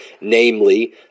namely